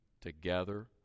together